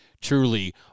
truly